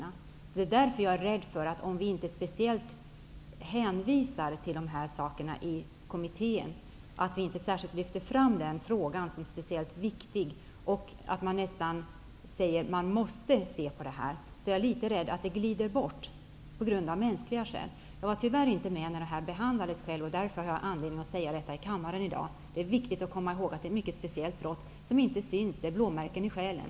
Därför är jag litet rädd för att vi, av mänskliga skäl, glider bort från frågan, om vi inte speciellt hänvisar till sådana saker i kommittén och särskilt lyfter fram nämnda fråga som särdeles viktig. Det är nästan nödvändigt att säga att man måste se på det här. Tyvärr var jag själv inte med vid behandlingen av frågan. Därför har jag anledning att säga detta i kammaren i dag. Det är alltså viktigt att komma ihåg att det är fråga om ett mycket speciellt brott som inte syns. Det handlar om blåmärken i själen.